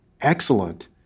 excellent